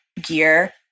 gear